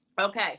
Okay